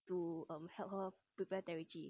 to um help her prepare therachi